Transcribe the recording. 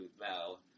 now